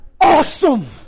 Awesome